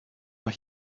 mae